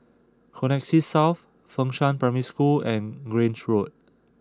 Connexis South Fengshan Primary School and Grange Road